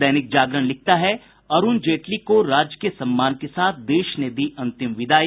दैनिक जागरण लिखता है अरूण जेटली को राजकीय सम्मान के साथ देश ने दी अंतिम विदाई